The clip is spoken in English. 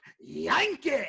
Yankee